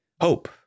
hope